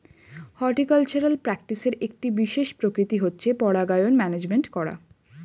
horticultural প্র্যাকটিসের একটি বিশেষ প্রকৃতি হচ্ছে পরাগায়ন ম্যানেজমেন্ট করা